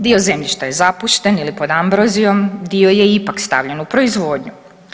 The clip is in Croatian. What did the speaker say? Dio zemljišta je zapušten ili pod ambrozijom, dio je ipak stavljen u proizvodnju.